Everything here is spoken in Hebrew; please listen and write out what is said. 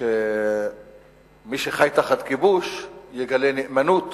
שמי שחי תחת כיבוש יגלה נאמנות